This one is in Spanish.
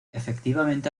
efectivamente